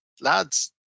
lads